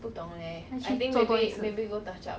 那去做多一次